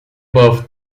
both